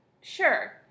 sure